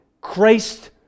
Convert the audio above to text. Christ